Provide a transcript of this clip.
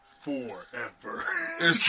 forever